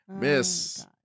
miss